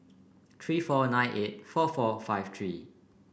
three four nine eight four four five three